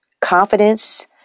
confidence